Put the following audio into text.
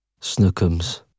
snookums